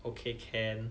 okay can